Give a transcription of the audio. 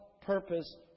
purpose